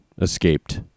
escaped